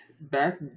Back